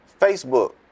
Facebook